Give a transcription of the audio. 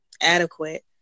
adequate